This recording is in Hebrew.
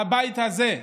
והבית הזה,